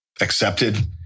accepted